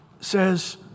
says